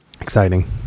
exciting